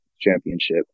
championship